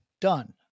done